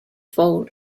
vole